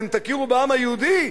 ואתם תכירו בעם היהודי,